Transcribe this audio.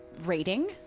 rating